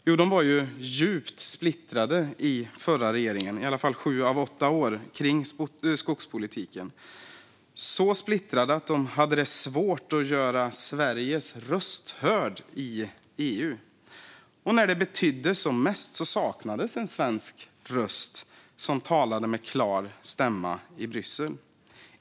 Jo, de var djupt splittrade, i alla fall sju av åtta år, kring skogspolitiken - så splittrade att de hade svårt att göra Sveriges röst hörd i EU. När det betydde som mest saknades en svensk röst som talade med klar stämma i Bryssel.